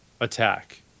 attack